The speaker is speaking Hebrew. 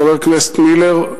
חבר הכנסת מילר,